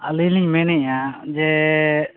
ᱟᱹᱞᱤᱧ ᱞᱤᱧ ᱢᱮᱱᱮᱫᱟ ᱡᱮ